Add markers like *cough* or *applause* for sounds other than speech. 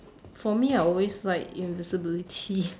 for me I always like invisibility *laughs*